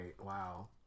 Wow